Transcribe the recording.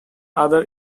other